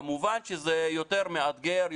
כמובן שזה יותר מאתגר,